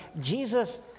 Jesus